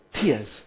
tears